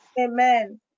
Amen